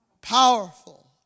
powerful